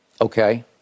Okay